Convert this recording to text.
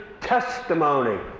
Testimony